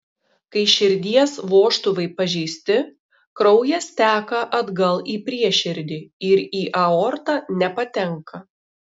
kai širdies vožtuvai pažeisti kraujas teka atgal į prieširdį ir į aortą nepatenka